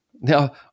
Now